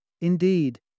Indeed